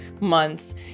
months